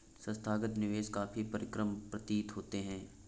संस्थागत निवेशक काफी परिष्कृत प्रतीत होते हैं